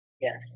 Yes